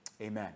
Amen